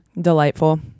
delightful